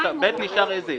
(ב) נשאר as is.